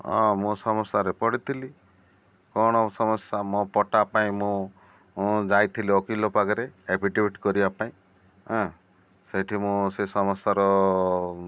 ହଁ ମୁଁ ସମସାରେ ପଡ଼ିିଥିଲି କ'ଣ ସମସ୍ୟା ମୋ ପଟା ପାଇଁ ମୁଁ ଯାଇଥିଲି ଓକିଲ ପାଖରେ ଏଫିଡେବିଟ୍ କରିବା ପାଇଁଁ ସେଇଠି ମୁଁ ସେ ସମସ୍ୟାର